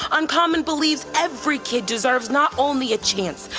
uncommon believes every kid deserves not only a chance,